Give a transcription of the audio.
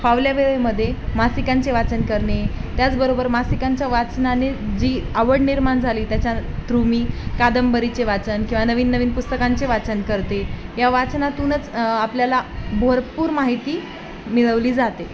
फावल्या वेळेमध्ये मासिकांचे वाचन करणे त्याचबरोबर मासिकांच्या वाचनाने जी आवड निर्माण झाली त्याच्या थ्रू मी कादंबरीचे वाचन किंवा नवीन नवीन पुस्तकांचे वाचन करते या वाचनातूनच आपल्याला भरपूर माहिती मिळवली जाते